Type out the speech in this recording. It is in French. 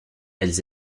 elles